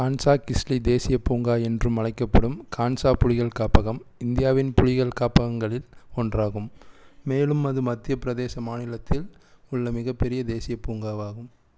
கான்ஷா கிஸ்லி தேசியப் பூங்கா என்றும் அழைக்கப்படும் கான்ஷா புலிகள் காப்பகம் இந்தியாவின் புலிகள் காப்பகங்களில் ஒன்றாகும் மேலும் அது மத்திய பிரதேச மாநிலத்தில் உள்ள மிக பெரிய தேசிய பூங்காவாகும்